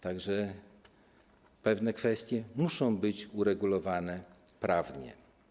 Tak że pewne kwestie muszą być uregulowane prawnie.